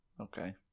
Okay